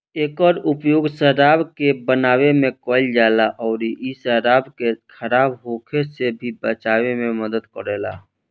एकर उपयोग शराब बनावे में कईल जाला अउरी इ शराब के खराब होखे से भी बचावे में मदद करेला